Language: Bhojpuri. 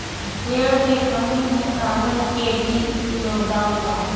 पेड़ के कमी में कागज के भी योगदान बा